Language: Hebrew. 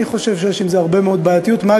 אני חושב שיש בזה בעייתיות רבה מאוד,